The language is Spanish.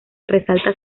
resalta